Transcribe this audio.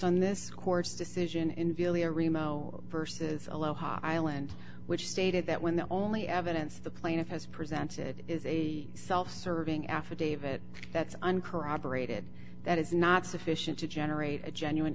on this court's decision in vili a remote versus aloha island which stated that when the only evidence the plaintiff has presented is a self serving affidavit that's uncorroborated that is not sufficient to generate a genuine